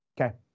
Okay